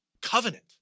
covenant